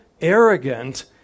arrogant